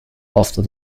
after